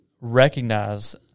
recognize